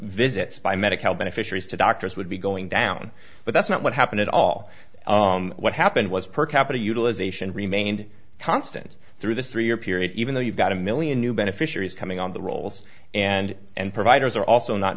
visits by medicare beneficiaries to doctors would be going down but that's not what happened at all what happened was per capita utilization remained constant through this three year period even though you've got a million new beneficiaries coming on the rolls and and providers are also not